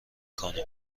کنی